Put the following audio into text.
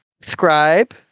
Scribe